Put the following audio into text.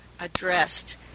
addressed